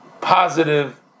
positive